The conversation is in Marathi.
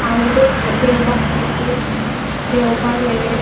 आणि ते देवबाग वगैरे देवबाग वगैरे